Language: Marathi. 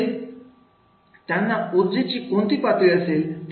म्हणजे त्यांना ऊर्जेची कोणती पातळी असेल